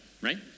right